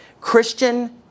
Christian